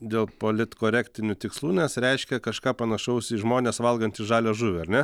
dėl politkorektinių tikslų nes reiškia kažką panašaus į žmonės valgantys žalią žuvį ar ne